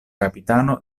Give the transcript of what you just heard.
kapitano